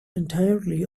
entirely